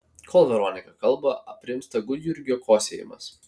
kol veronika kalba aprimsta gudjurgio kosėjimas